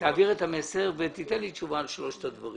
תעביר את המסר ותן לי תשובה על שלושת הדברים.